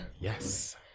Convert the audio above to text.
Yes